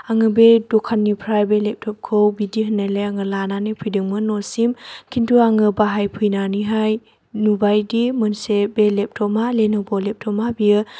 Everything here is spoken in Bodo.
आङो बे दखाननिफ्राय बे लेपट'पखौ बिदि होननायलाय आङो लानानै फैदोंमोन न'सिम खिन्थु आङो बाहाय फैनानैहाय नुबायदि मोनसे बे लेपट'पआ लेन'भ' लेपट'पा बेयो